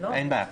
אין בעיה.